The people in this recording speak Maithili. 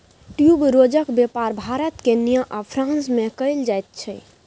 ट्यूबरोजक बेपार भारत केन्या आ फ्रांस मे कएल जाइत छै